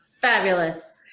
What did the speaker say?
Fabulous